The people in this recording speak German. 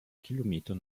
kilometer